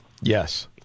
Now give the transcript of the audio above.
Yes